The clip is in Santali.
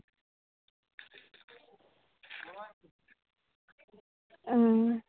ᱦᱩᱸ